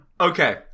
Okay